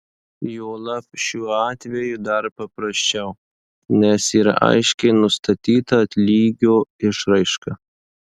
juolab šiuo atveju dar paprasčiau nes yra aiškiai nustatyta atlygio išraiška